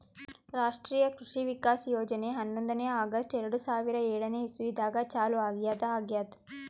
ರಾಷ್ಟ್ರೀಯ ಕೃಷಿ ವಿಕಾಸ್ ಯೋಜನೆ ಹನ್ನೊಂದನೇ ಆಗಸ್ಟ್ ಎರಡು ಸಾವಿರಾ ಏಳನೆ ಇಸ್ವಿದಾಗ ಚಾಲೂ ಆಗ್ಯಾದ ಆಗ್ಯದ್